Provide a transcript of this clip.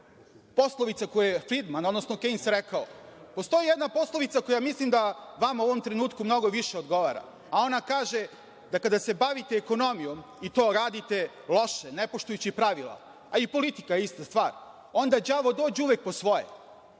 poslovica koje je Fridman, odnosno Kejns rekao, postoji jedna poslovica koja mislim da vama u ovom trenutku mnogo više odgovara, a ona kaže da kada se bavite ekonomijom i to radite loše, ne poštujući pravila, a i politika je ista stvar, onda đavo dođe uvek po svoje.